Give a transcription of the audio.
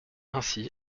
ainsi